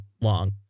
long